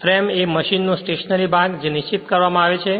frame એ મશીનનો stationary ભાગ છે તે નિશ્ચિત કરવામાં આવે છે